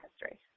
history